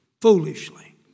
Foolishly